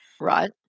Right